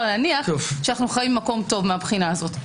להניח שאנו חיים במקום טוב מהבחינה הזו.